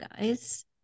guys